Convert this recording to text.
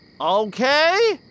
Okay